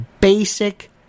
basic